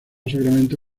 sacramento